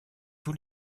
tous